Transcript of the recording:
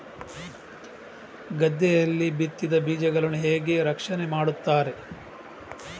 ಗದ್ದೆಯಲ್ಲಿ ಬಿತ್ತಿದ ಬೀಜಗಳನ್ನು ಹೇಗೆ ರಕ್ಷಣೆ ಮಾಡುತ್ತಾರೆ?